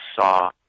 saw